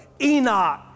Enoch